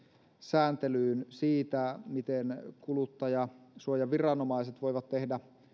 sääntelyyn siitä miten kuluttajansuojaviranomaiset voivat tehdä